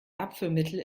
abführmittel